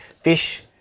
fish